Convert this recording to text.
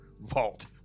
vault